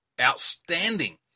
outstanding